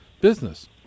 business